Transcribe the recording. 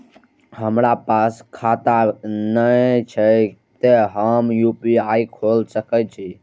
हमरा पास खाता ने छे ते हम यू.पी.आई खोल सके छिए?